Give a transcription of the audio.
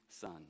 son